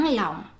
lòng